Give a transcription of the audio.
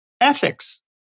Ethics